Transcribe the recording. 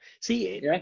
See